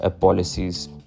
policies